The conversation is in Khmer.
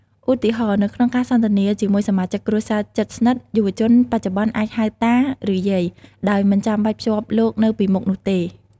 ឧទាហរណ៍ នៅក្នុងការសន្ទនាជាមួយសមាជិកគ្រួសារជិតស្និទ្ធ យុវជនបច្ចុប្បន្នអាចហៅតា ឬយាយ ដោយមិនចាំបាច់ភ្ជាប់លោកនៅពីមុខនោះទេ។